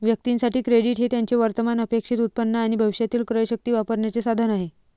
व्यक्तीं साठी, क्रेडिट हे त्यांचे वर्तमान अपेक्षित उत्पन्न आणि भविष्यातील क्रयशक्ती वापरण्याचे साधन आहे